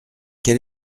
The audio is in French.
quel